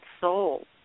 soul